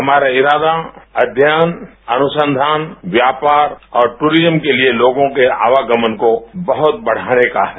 हमारा इरादा अध्ययन अनुसंधान व्यापार और दूरिज्य के लिए लोगों के आवागमन को बहुत बढ़ाने का है